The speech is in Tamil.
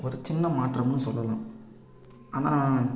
ஒரு சின்ன மாற்றமுன்னு சொல்லலாம் ஆனால்